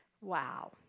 Wow